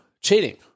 cheating